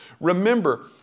Remember